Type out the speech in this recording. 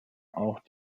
auch